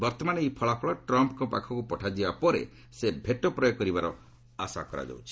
ବର୍ଭମାନ ଏହି ଫଳାଫଳ ଟ୍ରମ୍ଫ୍ଙ୍କ ପାଖକୁ ପଠାଯିବା ପରେ ସେ ଭେଟୋ ପ୍ରୟୋଗ କରିବାର ଆଶା କରାଯାଉଛି